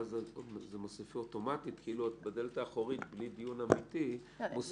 ואז זה מוסיף אוטומטית כאילו בדלת האחורית בלי דיון אמיתי מוסיפים